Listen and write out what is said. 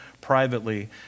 privately